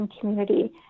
community